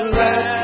let